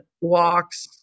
walks